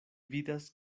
vidas